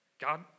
God